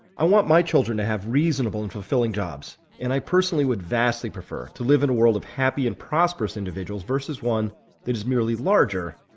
i want my children to have reasonable and fulfilling jobs, and i personally would vastly prefer to live in a world of happy and prosperous individuals versus one that is merely larger,